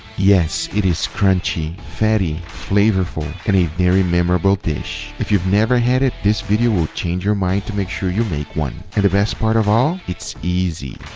yes it is crunchy, fatty, flavorful and a very memorable dish. if you've never had it this video will change your mind to make sure you make one. and the best part of all it's easy.